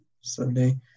Sunday